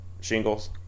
shingles